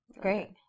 Great